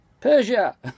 Persia